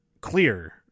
clear